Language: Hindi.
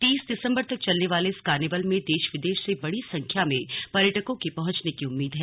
तीस दिसंबर तक चलने वाले इस कार्निवल में देश विदेश से बड़ी संख्या में पर्यटकों के पहुंचने की उम्मीद है